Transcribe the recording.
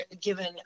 given